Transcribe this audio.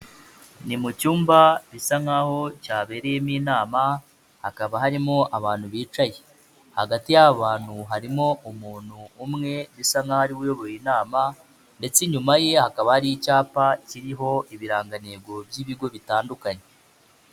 Ni mu cyumba bisa nk'aho cyabereyemo inama, hakaba harimo abantu bicaye, hagati y'abo bantu harimo umuntu umwe bisa nk'aho ariwe uyoboye inama ndetse inyuma ye hakaba hari icyapa kiriho ibirangantego by'ibigo bitandukanye.